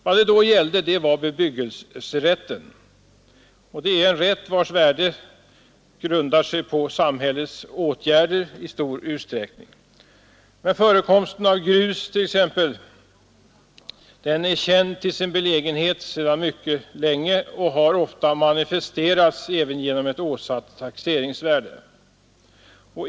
Vad det då gällde var bebyggelserätten, en rätt vars värde i stor utsträckning grundar sig på samhällets åtgärder. Förekomsten av t.ex. grus är däremot känd till sin belägenhet sedan mycket länge och har ofta manifesterats genom ett åsatt taxeringsvärde.